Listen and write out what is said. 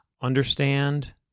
understand